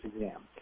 exam